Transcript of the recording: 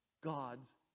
God's